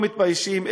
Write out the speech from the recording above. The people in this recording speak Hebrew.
לא מתביישים.